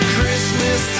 Christmas